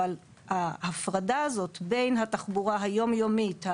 אבל ההפרדה הזו בין התחבורה היום יומית,